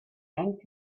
yanked